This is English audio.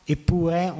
Eppure